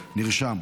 להצבעה.